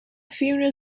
funeral